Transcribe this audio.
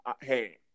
Hey